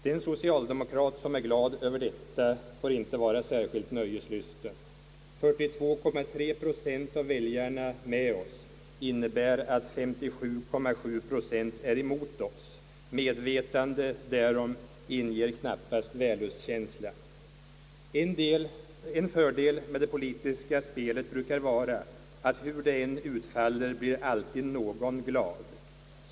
Den socialdemokrat som är glad över detta får inte vara särskilt nöjeslysten — 42,3 procent av väljarna med oss innebär att 57,7 procent är emot oss. Medvetandet därom inger knappast vällustkänsla. En fördel med det politiska spelet brukar vara att hur det än utfaller blir ändå alltid någon glad.